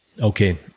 Okay